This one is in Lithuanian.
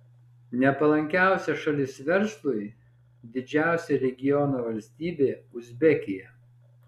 nepalankiausia šalis verslui didžiausia regiono valstybė uzbekija